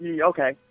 okay